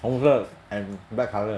红色 and black colour